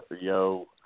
Yo